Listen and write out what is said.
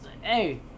hey